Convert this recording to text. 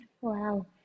Wow